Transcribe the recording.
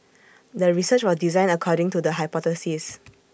the research was designed according to the hypothesis